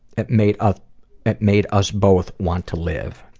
it made ah it made us both want to live.